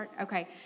Okay